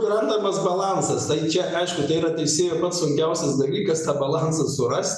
randamas balansas tai čia aišku tai yra teisėjo toks sunkiausias dalykas tą balansą surast